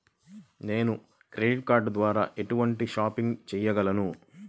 నేను credit card ద్వార ఎటువంటి షాపింగ్ చెయ్యగలను?